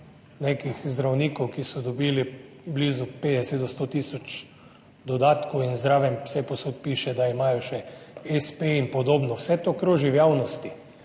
nekih zdravnikov, ki so dobili blizu 50 DO 100 tisoč dodatkov in zraven vsepovsod piše, da imajo še espe in podobno. Vse to kroži v javnosti.